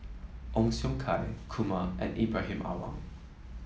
Ong Siong Kai Kumar and Ibrahim Awang